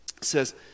says